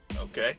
okay